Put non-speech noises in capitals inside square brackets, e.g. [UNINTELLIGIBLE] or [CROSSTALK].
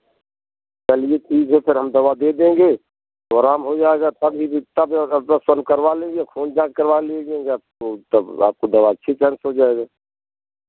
चलिए ठीक है फिर हम दवा दे देंगे तो आराम हो जाएगा [UNINTELLIGIBLE] अल्ट्रासाउंड करवा लीजिये खून जाँच करवा लीजिये आपको तब आपको दवा [UNINTELLIGIBLE] हो जाएगा